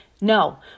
no